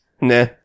Nah